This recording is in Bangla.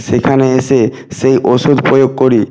সেখানে এসে সেই ওষুধ প্রয়োগ করি